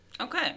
Okay